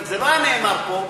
אבל זה לא היה נאמר פה,